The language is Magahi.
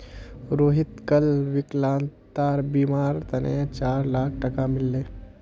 रोहितक कल विकलांगतार बीमार तने चार लाख टका मिल ले